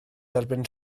derbyn